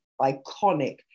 iconic